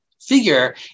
figure